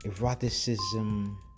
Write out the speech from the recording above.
eroticism